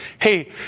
Hey